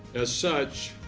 as such,